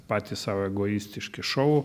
patys sau egoistiški šou